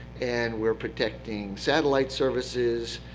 and we're protecting satellite services.